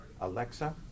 Alexa